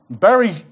Barry